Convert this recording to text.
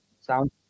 sound